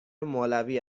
مولوی